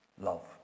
Love